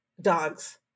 Dogs